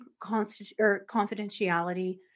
confidentiality